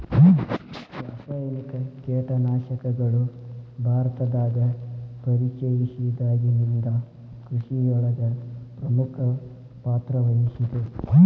ರಾಸಾಯನಿಕ ಕೇಟನಾಶಕಗಳು ಭಾರತದಾಗ ಪರಿಚಯಸಿದಾಗನಿಂದ್ ಕೃಷಿಯೊಳಗ್ ಪ್ರಮುಖ ಪಾತ್ರವಹಿಸಿದೆ